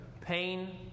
Pain